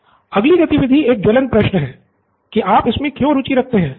pro Bala अगली गतिविधि एक ज्वलंत प्रश्न है कि आप इसमें क्यों रुचि रखते हैं